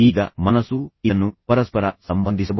ಈಗ ಮನಸ್ಸು ಇದನ್ನು ಪರಸ್ಪರ ಸಂಬಂಧಿಸಬಹುದು